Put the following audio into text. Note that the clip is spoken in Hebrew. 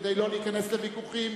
כדי לא להיכנס לוויכוחים?